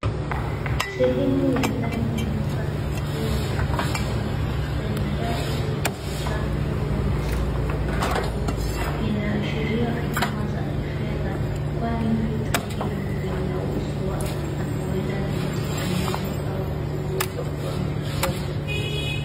Sehemu ya ndani ya duka la nguo la wanaume lenye rafu zilizojaa nguo na masanduku ya nguo. Inaashiria huduma za kifedha, kwani vitu hivi vinauzwa na huenda vinatengenezwa au kuuzwa kwa mikopo.